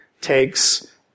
takes